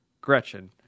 Gretchen